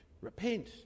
repent